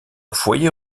foyer